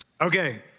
Okay